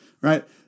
right